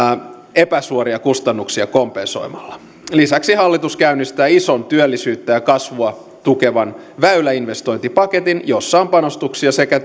epäsuoria kustannuksia kompensoimalla lisäksi hallitus käynnistää ison työllisyyttä ja kasvua tukevan väyläinvestointipaketin jossa on panostuksia sekä